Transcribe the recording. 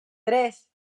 tres